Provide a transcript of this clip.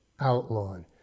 outlawed